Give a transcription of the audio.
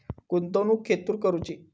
गुंतवणुक खेतुर करूची?